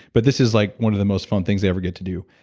but this is like one of the most fun things they ever get to do.